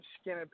Skinny